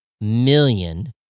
million